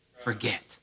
forget